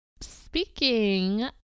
Speaking